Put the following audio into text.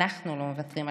אנחנו לא מוותרים עליכם.